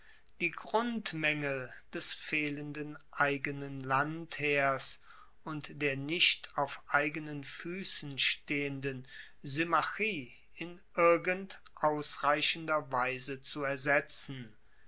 die grundmaengel des fehlenden eigenen landheers und der nicht auf eigenen fuessen stehenden symmachie in irgend ausreichender weise zu ersetzen